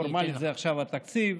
פורמלית זה עכשיו התקציב.